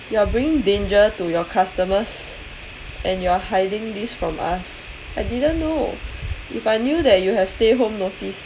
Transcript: you're bringing danger to your customers and you're hiding this from us I didn't know if I knew that you have stay home notice